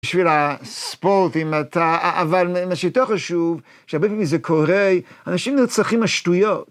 בשביל הספורט, אם אתה, אבל מה שיותר חשוב, שהרבה פעמים זה קורה, אנשים נרצחים על שטויות.